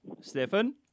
Stefan